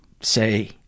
say